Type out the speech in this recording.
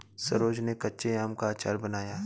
सरोज ने कच्चे आम का अचार बनाया